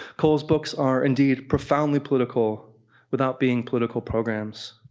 cole's books are indeed profoundly political without being political programs.